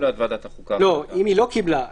אם היא לא קיבלה.